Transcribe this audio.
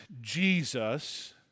Jesus